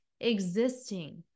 existing